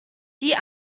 die